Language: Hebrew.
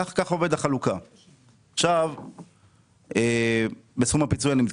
כך עובדת החלוקה בסכום הפיצוי.